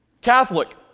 Catholic